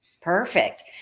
Perfect